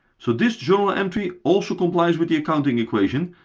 so this journal entry also complies with the accounting equation,